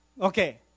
Okay